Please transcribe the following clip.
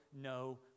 no